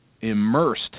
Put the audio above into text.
immersed